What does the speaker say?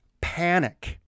panic